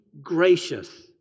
gracious